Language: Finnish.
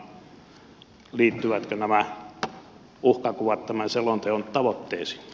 liittyvätkö nämä uhkakuvat tämän selonteon tavoitteisiin